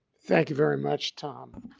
thank you very much, tom.